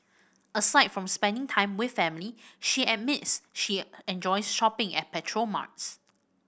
aside from spending time with family she admits she enjoys shopping at petrol marts